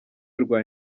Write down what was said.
rwa